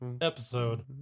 episode